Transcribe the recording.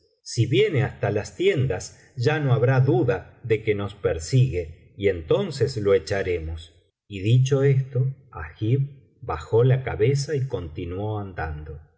si viene hasta las tiendas ya no habrá duda de que nos persigue y entonces lo echaremos y dicho esto agib bajó la cabeza y continuó andando